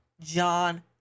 John